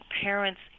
parents